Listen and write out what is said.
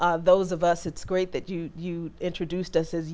those of us it's great that you you introduced us as